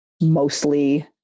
mostly